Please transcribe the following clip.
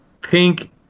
Pink